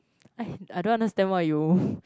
I I don't understand why you